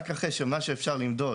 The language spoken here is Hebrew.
רק אחרי שמה שאפשר למדוד,